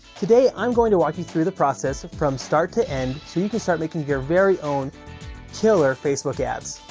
today, i'm going to walk you through the process from start to end, so you can start making your very own killer facebook ads.